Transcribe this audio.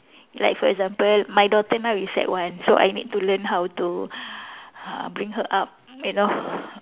like for example my daughter now is sec one so I need to learn how to uh bring her up you know